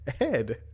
Ed